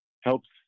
helps